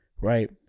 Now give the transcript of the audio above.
right